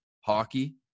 Hockey